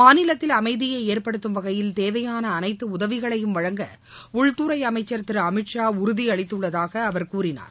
மாநிலத்தில் அமைதியை ஏற்படுத்தும் வகையில் தேவையாள அனைத்து உதவிகளையும் வழங்க உள்துறை அமைச்சர் திரு அமித் ஷா உறுதியளித்துள்ளதாக அவர் கூறினார்